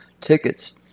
tickets